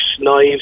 knives